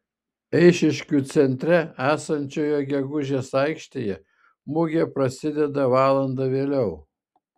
eišiškių centre esančioje gegužės aikštėje mugė prasideda valanda vėliau